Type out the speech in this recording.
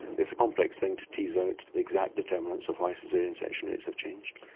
it's a complex thing to tease out the exact determinants of why caesarean section rates have changed.